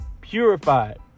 Purified